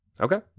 Okay